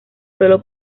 solo